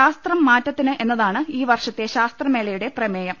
ശാസ്ത്രം മാറ്റത്തിന് എന്ന താണ് ഈ വർഷത്തെ ശാസ്ത്രമേളയുടെ പ്രമേയം